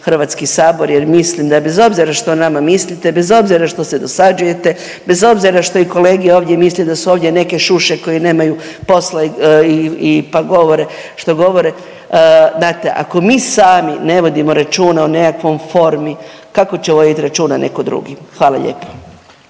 mimoići HS jer mislim da bez obzira što o nama mislite, bez obzira što se dosađujete, bez obzira što i kolege ovdje misle da su ovdje neke šuše koje nemaju posla i pa govore što govore, znate ako mi sami ne vodimo računa o nekakvom formi, kako će vodit računa neko drugi. Hvala lijepo.